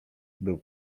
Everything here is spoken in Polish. był